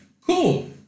Cool